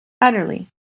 Utterly